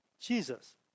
Jesus